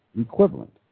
equivalent